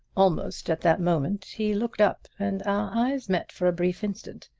almost at that moment he looked up and our eyes met for a brief instant.